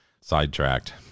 sidetracked